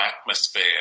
atmosphere